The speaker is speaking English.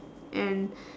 and